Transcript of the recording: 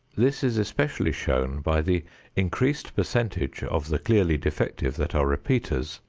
this is especially shown by the increased percentage of the clearly defective that are repeaters,